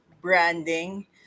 branding